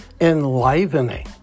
enlivening